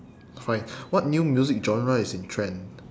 like what new music genre is in trend